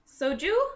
soju